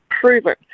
proven